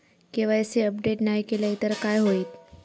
KYC update नाय केलय तर काय होईत?